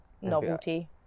novelty